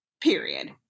Period